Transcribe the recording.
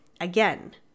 Again